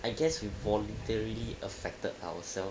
I guess we voluntarily affected ourselves